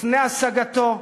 לפני השגתו,